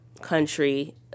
country